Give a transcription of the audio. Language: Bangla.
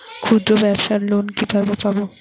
ক্ষুদ্রব্যাবসার লোন কিভাবে পাব?